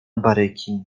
baryki